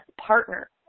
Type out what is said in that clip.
partner